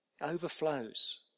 Overflows